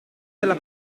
della